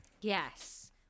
Yes